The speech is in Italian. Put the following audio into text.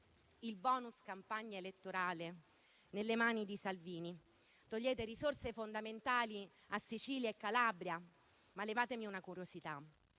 il *bonus* campagna elettorale nelle mani di Salvini, togliete risorse fondamentali a Sicilia e Calabria, ma levatemi una curiosità: